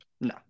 No